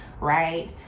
Right